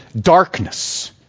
darkness